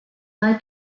like